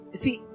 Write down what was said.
see